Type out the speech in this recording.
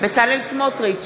בצלאל סמוטריץ,